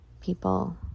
people